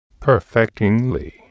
Perfectingly